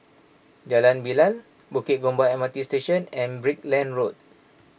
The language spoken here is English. Jalan Bilal Bukit Gombak M R T Station and Brickland Road